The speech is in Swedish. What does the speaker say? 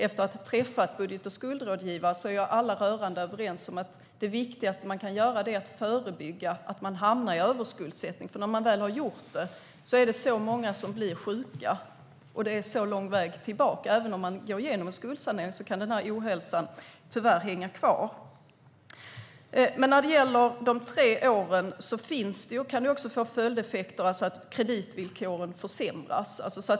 Efter att ha träffat budget och skuldrådgivare kan jag säga att alla är rörande överens om att det viktigaste är att förebygga att man hamnar i överskuldsättning, för när man väl har gjort det är det många som blir sjuka. Det är lång väg tillbaka, och även om man går igenom en skuldsanering kan ohälsan tyvärr hänga kvar. När det gäller de tre åren kan det få följdeffekter, det vill säga att kreditvillkoren försämras.